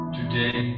today